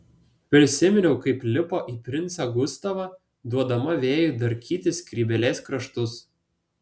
prisiminiau kaip lipo į princą gustavą duodama vėjui darkyti skrybėlės kraštus